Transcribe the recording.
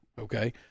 okay